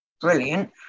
brilliant